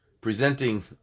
presenting